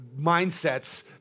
mindsets